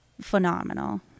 phenomenal